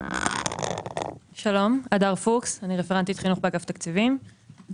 שלום, אני רפרנטית חינוך באגף תקציבים.